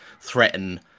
threaten